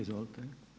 Izvolite.